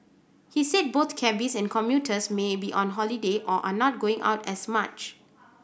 he said both cabbies and commuters may be on holiday or are not going out as much